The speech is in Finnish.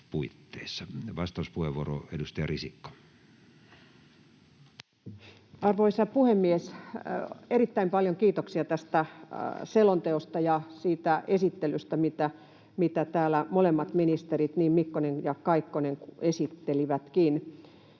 Content: Arvoisa puhemies! Erittäin paljon kiitoksia tästä selonteosta ja niistä esittelyistä, mitkä täällä molemmat ministerit, niin Mikkonen kuin Kaikkonen, esittelivätkin.